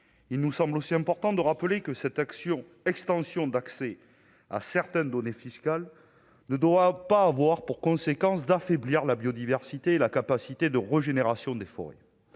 il nous semble aussi important de rappeler que cette action expansion d'accès à certaines données fiscales ne doit pas avoir pour conséquence d'affaiblir la biodiversité, la capacité de régénération des forêts